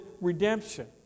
redemption